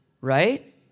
right